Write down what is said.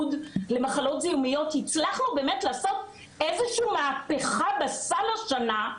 מהממשלה לצורך משהו שלא נוכל לקחת בו סיכון,